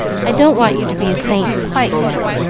i don't want you to be a saint quite yet,